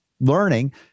learning